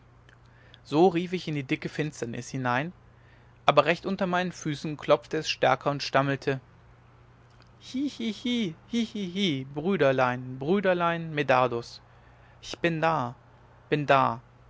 so rief ich in die dicke finsternis hinein aber recht unter meinen füßen klopfte es stärker und stammelte hihihi hihihi brü der lein brü der lein me dar dus ich bin da bin da